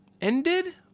ended